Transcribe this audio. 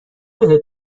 بهت